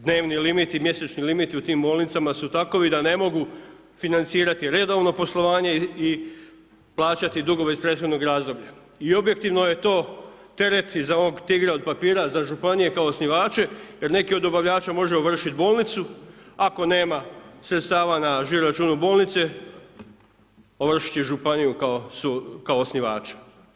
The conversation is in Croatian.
Dnevni limiti i mjesečni limiti u tim bolnicama su takvi da ne mogu redovno poslovanje i plaćati dugove iz prethodnog razdoblja i objektivno je to teret i za ovog tigra od papira za županije kao osnivače jer neki od dobavljač može ovršiti bolnicu ako nema sredstava na žiro računu bolnice, ovršit će županiju kao osnivača.